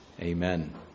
amen